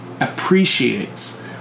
appreciates